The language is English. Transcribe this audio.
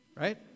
right